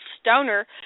stoner